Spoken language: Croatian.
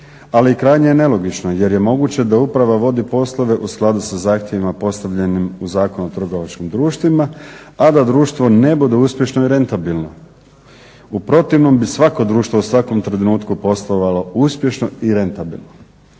Ali krajnje je nelogično jer je moguće da uprava vodi poslove u skladu sa zahtjevima postavljenim u Zakonu o trgovačkim društvima, a da društvo ne bude uspješno i rentabilno. U protivnom bi svako društvo u svakom trenutku poslovalo uspješno i rentabilno.